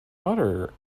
other